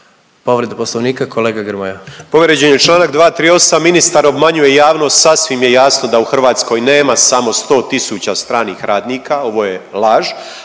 **Grmoja, Nikola (MOST)** Povrijeđen je čl. 238., ministar obmanjuje javnost. Sasvim je jasno da u Hrvatskoj nema samo sto tisuća stranih radnika, ovo je laž,